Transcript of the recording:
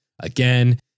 again